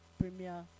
Premier